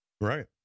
Right